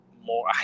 more